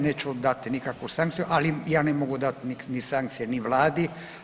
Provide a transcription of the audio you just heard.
Neću dati nikakvu sankciju, ali ja ne mogu dati sankcije ni Vladi.